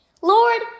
Lord